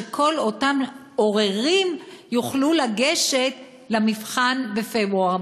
שכל אותם עוררים יוכלו לגשת למבחן בפברואר.